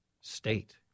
state